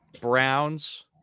Browns